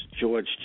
George